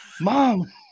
Mom